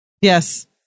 Yes